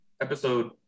episode